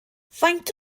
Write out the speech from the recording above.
faint